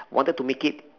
wanted to make it